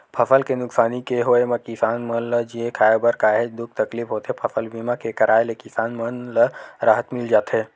फसल के नुकसानी के होय म किसान मन ल जीए खांए बर काहेच दुख तकलीफ होथे फसल बीमा के कराय ले किसान मन ल राहत मिल जाथे